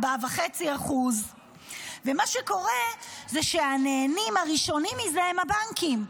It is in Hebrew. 4.5%. מה שקורה זה שהנהנים הראשונים מזה הם הבנקים,